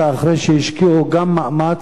ואחרי שהשקיעו גם מאמץ,